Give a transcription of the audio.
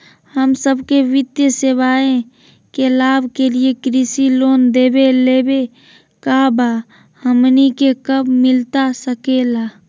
हम सबके वित्तीय सेवाएं के लाभ के लिए कृषि लोन देवे लेवे का बा, हमनी के कब मिलता सके ला?